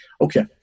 Okay